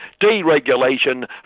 deregulation